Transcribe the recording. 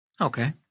Okay